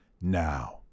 now